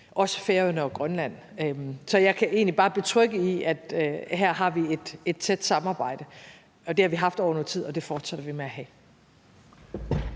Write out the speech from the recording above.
også Færøerne og Grønland. Så jeg kan egentlig bare betrygge spørgeren i, at her har vi et tæt samarbejde. Det har vi haft over noget tid, og det fortsætter vi med at have.